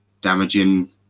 damaging